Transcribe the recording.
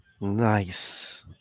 nice